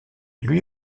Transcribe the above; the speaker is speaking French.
lui